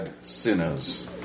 sinners